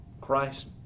Christ